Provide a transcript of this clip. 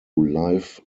life